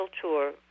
tour